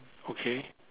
okay